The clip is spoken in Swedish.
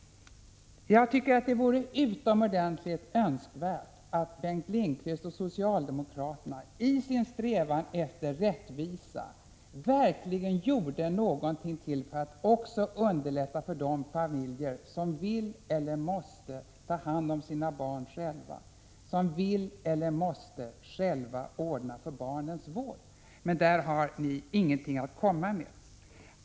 Det vore utomordentligt önskvärt att Bengt Lindqvist och socialdemokraterna i sin strävan efter rättvisa verkligen gjorde någonting för att underlätta för de familjer som vill eller måste ta hand om sina barn själva, som vill eller måste själva ordna för barnens vård. Där har ni ingenting att komma med.